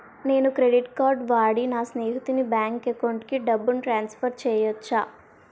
నేను credit card వాడి నా స్నేహితుని బ్యాంక్ అకౌంట్ కి డబ్బును ట్రాన్సఫర్ చేయచ్చా?